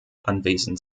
anwesend